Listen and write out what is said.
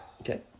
Okay